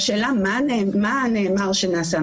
השאלות מה נאמר שנעשה,